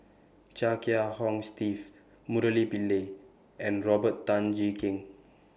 Chia Kiah Hong Steve Murali Pillai and Robert Tan Jee Keng